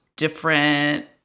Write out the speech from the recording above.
different